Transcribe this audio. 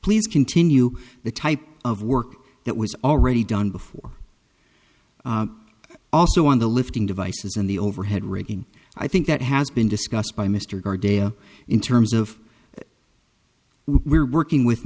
please continue the type of work that was already done before also on the lifting devices in the overhead raking i think that has been discussed by mr carr dale in terms of we're working with